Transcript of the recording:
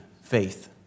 faith